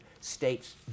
states